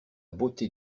beauté